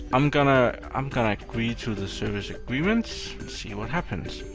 i'm gonna i'm gonna agree to the service agreement. and see what happens.